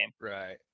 Right